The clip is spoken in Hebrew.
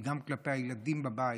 גם כלפי הילדים בבית,